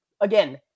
again